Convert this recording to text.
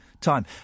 time